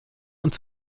und